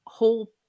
whole